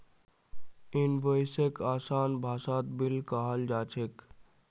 इनवॉइसक आसान भाषात बिल कहाल जा छेक